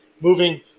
moving